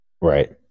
Right